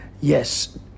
Yes